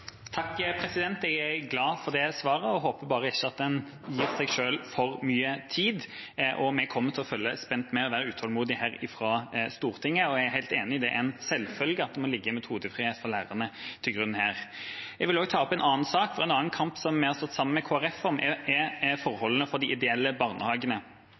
Jeg er glad for det svaret og håper bare at en ikke gir seg selv for mye tid. Vi kommer til å følge spent med og være utålmodige fra Stortingets side. Jeg er helt enig i at det er en selvfølge at det må ligge metodefrihet for lærerne til grunn her. Jeg vil også ta opp en annen sak, en annen kamp som vi har stått sammen med Kristelig Folkeparti om. Det gjelder forholdene for de ideelle barnehagene.